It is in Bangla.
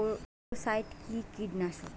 স্পোডোসাইট কি কীটনাশক?